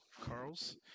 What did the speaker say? Carl's